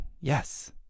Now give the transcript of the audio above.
yes